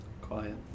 Quiet